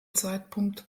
zeitpunkt